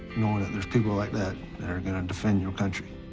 knowing that there's people like that that are gonna defend your country.